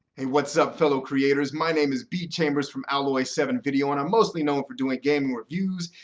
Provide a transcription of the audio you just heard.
hey, what's up, fellow creators? my name is b. chambers from alloy seven video. and i'm mostly known for doing gaming reviews,